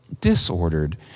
disordered